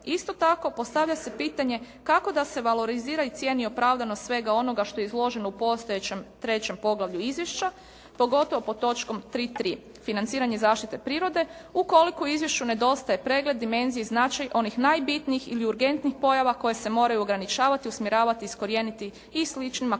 Isto tako postavlja se pitanje kako da se valorizira i cijeni opravdanost svega onoga što je izloženo u postojećem trećem poglavlju izvješća pogotovo pod točkom 3.3. financiranje zaštite prirode ukoliko izvješću nedostaje pregled dimenzije i značaj onih najbitnijih ili urgentnih pojava koje se moraju ograničavati, usmjeravati i iskorijeniti i sličnim aktivnostima